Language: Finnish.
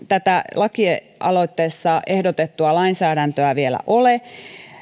tätä lakialoitteessa ehdotettua lainsäädäntöä vielä ole